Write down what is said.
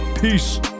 Peace